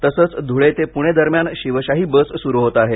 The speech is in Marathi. तसेच धूळे ते पूणे दरम्यान शिवशाही बस सुरू होत आहे